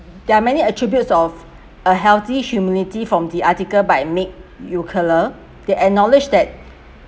there are many attributes of a healthy humility from the article by mick ukleja they acknowledged that